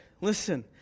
Listen